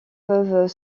peuvent